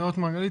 נאות מרגלית,